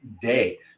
day